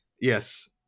Yes